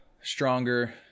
stronger